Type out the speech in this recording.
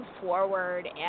forward